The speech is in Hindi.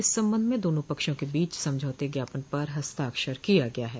इस संबंध में दोनों पक्षों के बीच समझौते ज्ञापन पर हस्ताक्षर किया गया है